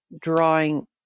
drawing –